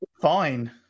Fine